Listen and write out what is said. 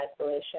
isolation